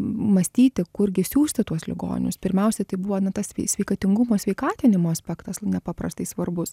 mąstyti kurgi siųsti tuos ligonius pirmiausiai tai buvo na tas svei sveikatingumo sveikatinimo aspektas nepaprastai svarbus